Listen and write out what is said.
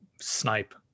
snipe